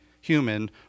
human